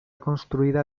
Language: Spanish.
construida